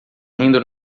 rindo